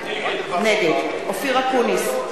נגד אופיר אקוניס,